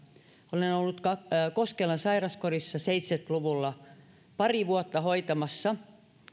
on kun olen ollut koskelan sairaskodissa seitsemänkymmentä luvulla pari vuotta hoitamassa